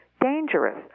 dangerous